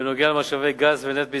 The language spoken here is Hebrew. בנוגע למשאבי גז ונפט בישראל.